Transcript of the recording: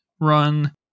run